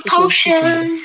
Potion